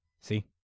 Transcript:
See